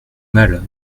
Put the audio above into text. mal